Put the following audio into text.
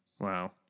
Wow